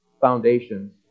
foundations